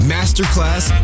Masterclass